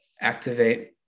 activate